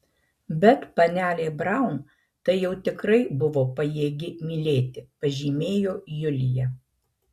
bet panelė braun tai jau tikrai buvo pajėgi mylėti pažymėjo julija